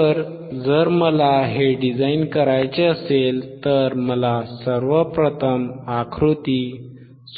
तर जर मला हे डिझाइन करायचे असेल तर मला सर्वप्रथम आकृती